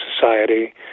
society